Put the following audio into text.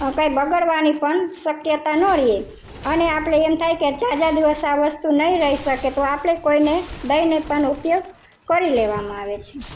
કાંઇ બગડવાની પણ શક્યતા ન રહે અને આપણે એમ થાય કે ઝાઝા દિવસ આ વસ્તુ નહીં રહીં શકે તો આપણે કોઈને દઈને પણ ઉપયોગ કરી લેવામાં આવે છે